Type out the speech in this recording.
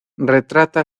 retrata